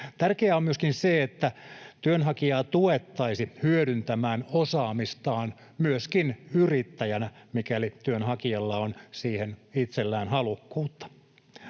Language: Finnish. Tärkeää on myöskin se, että työnhakijaa tuettaisiin hyödyntämään osaamistaan myöskin yrittäjänä, mikäli työnhakijalla on siihen itsellään halukkuutta.